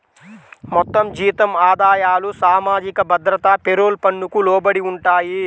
మొత్తం జీతం ఆదాయాలు సామాజిక భద్రత పేరోల్ పన్నుకు లోబడి ఉంటాయి